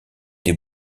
des